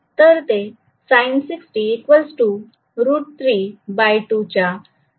तर ते sin60 √32च्या समतुल्य असेल